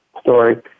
story